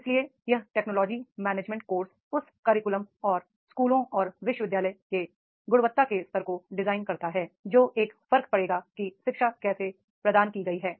इसलिए यह technology oriented course उस करिकुलम और स्कूलों और विश्वविद्यालय के गुणवत्ता के स्तर को डिजाइन करता है जो एक फर्क पड़ेगा कि शिक्षा कैसे प्रदान की गई है